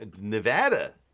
Nevada